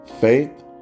Faith